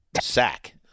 sack